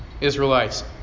Israelites